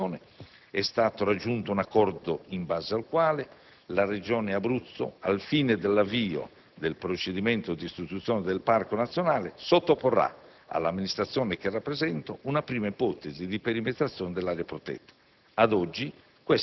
Nel corso della riunione è stato raggiunto un accordo in base al quale la Regione Abruzzo, al fine dell'avvio del procedimento di istituzione del Parco nazionale, sottoporrà all'amministrazione che rappresento una prima ipotesi di perimetrazione dell'area protetta.